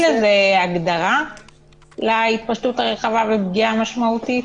הגדרה ל"התפשטות רחבה" ו"פגיעה משמעותית"?